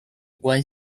有关